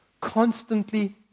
constantly